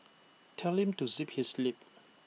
telling to zip his lip